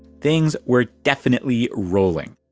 things were definitely rolling.